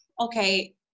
okay